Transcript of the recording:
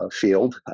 field